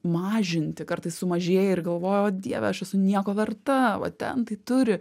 mažinti kartais sumažėja ir galvojau o dieve aš esu nieko verta va ten tai turi